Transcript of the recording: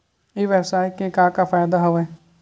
ई व्यवसाय के का का फ़ायदा हवय?